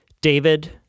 David